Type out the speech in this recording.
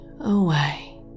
away